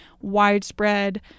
widespread